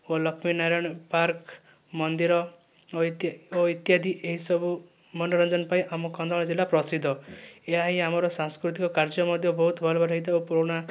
ଓ Laxminarayan park ମନ୍ଦିର ଓ ଓ ଇତ୍ୟାଦି ଏହିସବୁ ମନୋରଞ୍ଜନ ପାଇଁ ଆମ କନ୍ଧମାଳ ଜିଲ୍ଲା ପ୍ରସିଦ୍ଧ ଏହା ହିଁ ଆମର ସାଂସ୍କୃତିକ କାର୍ଯ୍ୟ ମଧ୍ୟ ବହୁତ ଭଲ ଭଲ ହୋଇଥିବ ପୁରୁଣା